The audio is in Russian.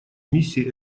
миссии